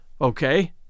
Okay